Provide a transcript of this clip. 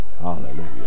Hallelujah